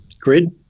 grid